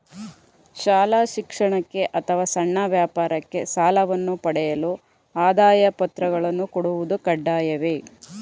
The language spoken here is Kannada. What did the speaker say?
ಶಾಲಾ ಶಿಕ್ಷಣಕ್ಕೆ ಅಥವಾ ಸಣ್ಣ ವ್ಯಾಪಾರಕ್ಕೆ ಸಾಲವನ್ನು ಪಡೆಯಲು ಆದಾಯ ಪತ್ರಗಳನ್ನು ಕೊಡುವುದು ಕಡ್ಡಾಯವೇ?